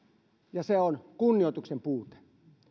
ja se on kunnioituksen puute